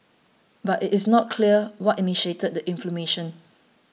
but it is not clear what initiated the inflammation